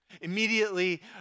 Immediately